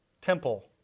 temple